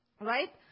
Right